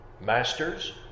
Masters